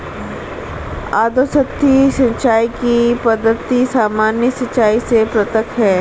अधोसतही सिंचाई की पद्धति सामान्य सिंचाई से पृथक है